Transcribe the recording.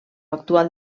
actual